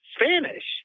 Spanish